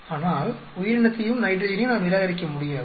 ஆனால் உயிரினத்தையும் நைட்ரஜனையும் நாம் நிராகரிக்க முடியாது